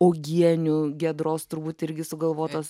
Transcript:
uogienių giedros turbūt irgi sugalvotos